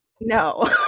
No